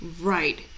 Right